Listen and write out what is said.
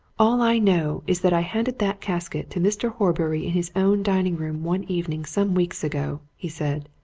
all i know is that i handed that casket to mr. horbury in his own dining-room one evening some weeks ago, he said.